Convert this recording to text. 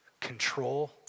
control